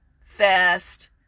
fast